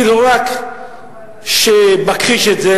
אני לא רק שלא מכחיש את זה,